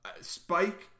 spike